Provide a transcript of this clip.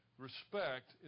Respect